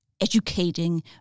educating